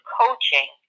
coaching